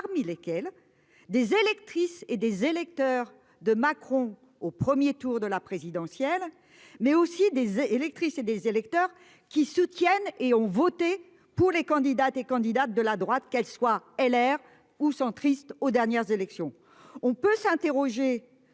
parmi lesquels des électrices et des électeurs de Macron au 1er tour de la présidentielle, mais aussi des et électrices et des électeurs qui soutiennent et ont voté pour les candidates et candidats de la droite, qu'elle soit LR ou centristes aux dernières élections, on peut s'interroger